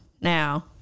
Now